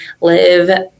live